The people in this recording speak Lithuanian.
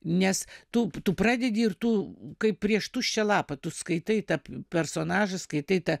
nes tu tu pradedi ir tu kaip prieš tuščią lapą tu skaitai tarp personažų skaitai tą